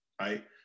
right